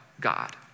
God